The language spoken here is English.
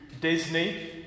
Disney